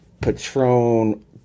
patron